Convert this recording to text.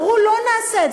אמרו: לא נעשה את זה,